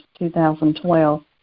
2012